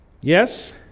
Yes